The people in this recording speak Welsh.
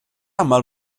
aml